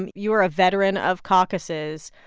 and you are a veteran of caucuses.